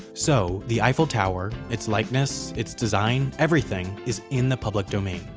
so, the eiffel tower, its likeness, its design, everything is in the public domain.